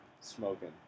smoking